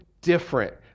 different